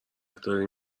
داری